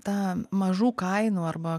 tą mažų kainų arba